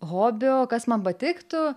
hobio kas man patiktų